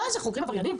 מה זה, חוקרים עבריינים?